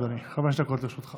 בבקשה, אדוני, חמש דקות לרשותך.